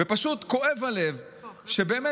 ופשוט כואב הלב שאנשים,